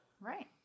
Right